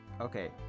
Okay